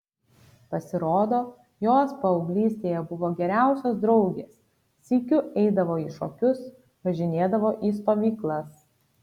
pasirodo jos paauglystėje buvo geriausios draugės sykiu eidavo į šokius važinėdavo į stovyklas